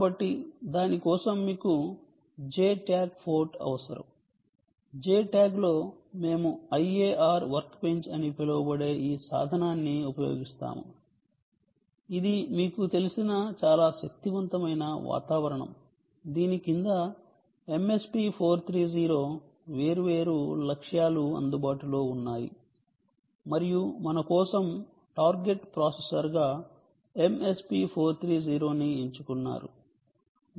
కాబట్టి దాని కోసం మీకు J ట్యాగ్ పోర్ట్ అవసరం J ట్యాగ్ లో మేము IAR వర్క్ బెంచ్ అని పిలువబడే ఈ సాధనాన్ని ఉపయోగిస్తాము ఇది మీకు తెలిసిన చాలా శక్తివంతమైన వాతావరణం దీని కింద MSP 430 వేర్వేరు లక్ష్యాలు అందుబాటులో ఉన్నాయి మరియు మన కోసం టార్గెట్ ప్రాసెసర్గా MSP 430 ని ఎంచుకున్నారు మరియు ఇది అందుబాటులో ఉంది